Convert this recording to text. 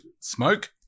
Smoke